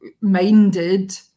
minded